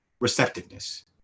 receptiveness